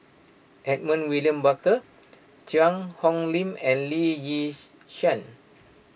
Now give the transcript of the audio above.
Edmund William Barker Cheang Hong Lim and Lee Yis Shyan